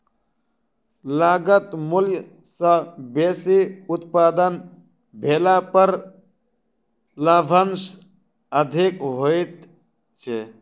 लागत मूल्य सॅ बेसी उत्पादन भेला पर लाभांश अधिक होइत छै